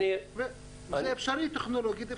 זה אפשרי טכנולוגית.